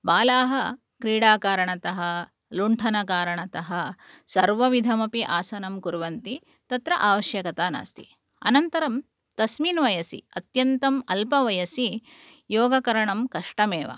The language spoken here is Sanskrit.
बालाः क्रीडाकारणतः लुण्ठनकारणतः सर्वविधमपि आसनं कुर्वन्ति तत्र आवश्यकता नास्ति अनन्तरं तस्मिन् वयसि अत्यन्तम् अल्पवयसि योगकरणं कष्टमेव